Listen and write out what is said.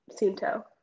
Sunto